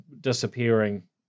disappearing